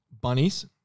Bunnies